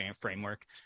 framework